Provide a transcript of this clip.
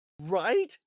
Right